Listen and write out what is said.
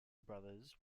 brothers